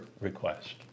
request